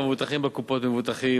המבוטחים בקופות, מבוטחים,